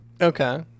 Okay